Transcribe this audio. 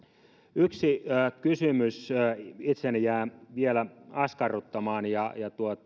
yksi kysymys itseäni jää vielä askarruttamaan ja